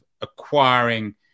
acquiring